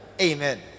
Amen